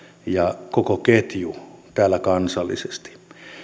ja koko ketju täällä kansallisesti